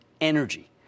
Energy